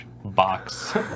Box